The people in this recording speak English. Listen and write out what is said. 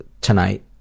tonight